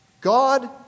God